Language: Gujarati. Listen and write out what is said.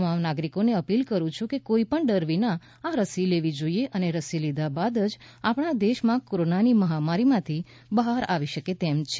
તમામ નાગરિકોનો અપલી કુરું છું કે કોઈ પણ ડર વિના આ રસી લેવી જોઈએ અને રસી લીધા બાદ જ આપણા દેશમાં કોરોનાની મહામારીમાંથી બહાર આવી શકે તેમ છે